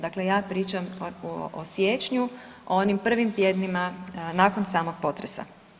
Dakle, ja pričam o siječnju, o onim prvim tjednima nakon samog potresa.